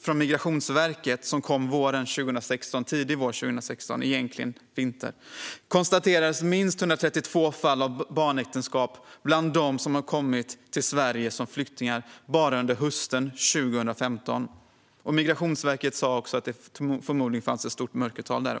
från Migrationsverket som kom tidig vår 2016, egentligen vinter, konstaterades minst 132 fall av barnäktenskap bland dem som kom till Sverige som flyktingar bara under hösten 2015. Migrationsverket sa också att det förmodligen fanns ett stort mörkertal där.